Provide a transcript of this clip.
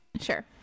sure